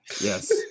Yes